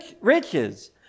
riches